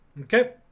Okay